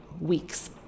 weeks